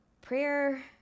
Prayer